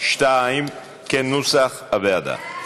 2 כנוסח הוועדה.